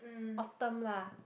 Autumn lah